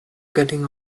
getting